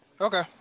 Okay